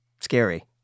scary